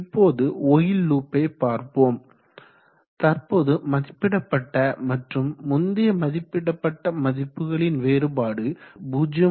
இப்போது ஒயில் லூப்பை பார்ப்போம் தற்போது மதிப்பிடப்பட்ட மற்றும் முந்தைய மதிப்பிடப்பட்ட மதிப்புகளின் வேறுபாடு 0